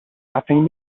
nothing